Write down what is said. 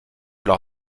leur